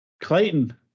clayton